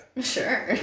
Sure